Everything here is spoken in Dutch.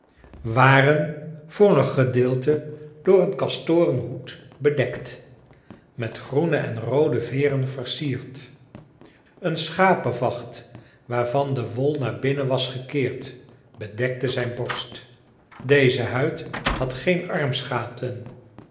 waren voor een gedeelte door een kastoren hoed bedekt met groene en roode veeren versierd een schapevacht waarvan de wol naar binnen was gekeerd bedekte zijn borst deze huid had geen